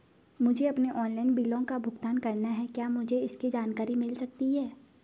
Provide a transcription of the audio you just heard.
मुझे अपने ऑनलाइन बिलों का भुगतान करना है क्या मुझे इसकी जानकारी मिल सकती है?